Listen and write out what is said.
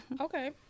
okay